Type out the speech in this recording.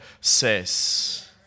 says